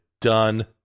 Done